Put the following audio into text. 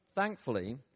Thankfully